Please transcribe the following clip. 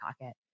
pocket